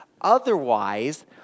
Otherwise